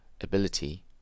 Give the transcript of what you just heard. ability